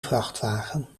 vrachtwagen